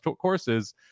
courses